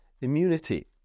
immunity